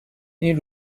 این